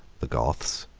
the goths,